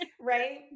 Right